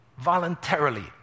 voluntarily